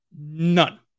None